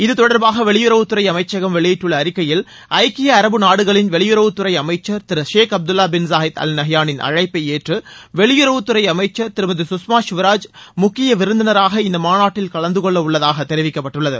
இத்தொடர்பாக வெளியுறவுத்துறை அமைச்சகம் வெளியிட்டுள்ள அறிக்கையில் ஐக்கிய அரபு நாடுகளின் வெளியுறவுத்துறை அமைச்சர் திரு ஷேக் அப்துல்லா பிள் ஷாகித் அல் நயாளின் அழைப்பை ஏற்று வெளியுறவத்துறை அமைச்சர் திருமதி சுஷ்மா ஸ்வராஜ் முக்கிய விருந்தினராக இந்த மாநாட்டில் கலந்துகொள்ள உள்ளதாக தெரிவிக்கப்பட்டுள்ளது